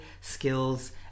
skills